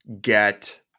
get –